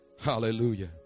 Hallelujah